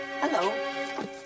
Hello